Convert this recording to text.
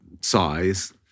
size